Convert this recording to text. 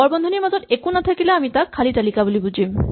বৰ বন্ধনীৰ মাজত একো নাথাকিলে আমি তাক খালী তালিকা বুলি বুজিম